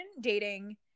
dating